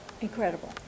incredible